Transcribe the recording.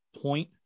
point